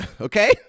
okay